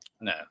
No